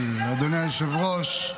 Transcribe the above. אדוני היושב-ראש,